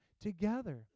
together